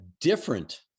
different